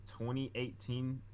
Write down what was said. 2018